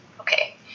Okay